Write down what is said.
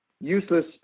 useless